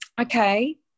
okay